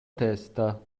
testa